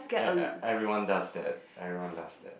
e~ everyone does that everyone does that